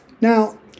Now